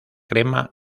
crema